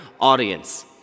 audience